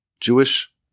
Jewish